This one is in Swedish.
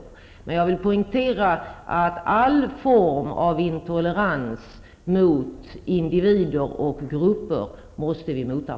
Jag vill poängtera att vi måste motarbeta all form av intolerans mot individer och grupper.